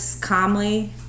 calmly